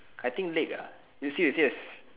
I think lake ah you serious serious